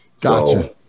Gotcha